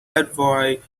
avoid